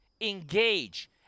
engage